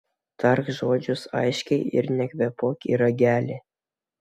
tark žodžius aiškiai ir nekvėpuok į ragelį